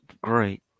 great